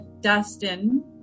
Dustin